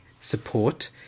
support